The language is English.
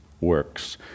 works